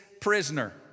prisoner